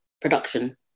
production